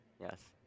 Yes